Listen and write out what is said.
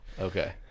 Okay